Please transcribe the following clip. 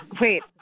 Wait